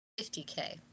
50K